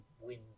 win